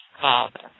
Father